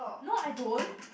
no I don't